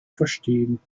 verstehen